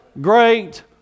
great